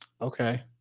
Okay